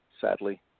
sadly